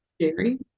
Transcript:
Jerry